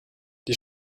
die